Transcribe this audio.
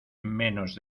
menos